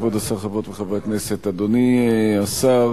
כבוד השר, חברות וחברי כנסת, אדוני השר,